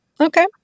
Okay